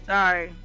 Sorry